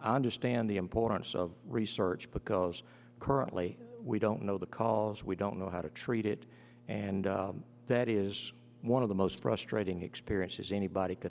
i understand the importance of research because currently we don't know the cause we don't know how to treat it and that is one of the most frustrating experiences anybody could